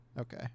okay